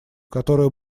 которое